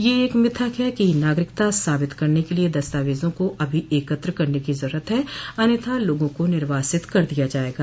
यह एक मिथक है कि नागरिकता साबित करने के लिए दस्तावेजों को अभी एकत्र करने की जरूरत है अन्यथा लोगों को निर्वासित कर दिया जाएगा